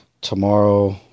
Tomorrow